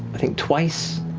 i think twice,